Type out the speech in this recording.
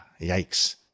yikes